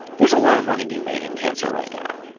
there's a lot of money being made in cancer right now.